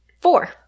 four